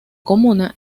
comuna